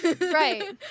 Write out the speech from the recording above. right